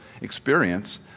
experience